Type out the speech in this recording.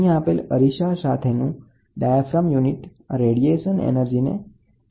અહીં આપેલ અરીસા સાથેનું ડાયાફાર્મ યુનિટ રેડિયેશન એનર્જીને કેન્દ્રિત કરવામાં ઉપયોગ થાય છે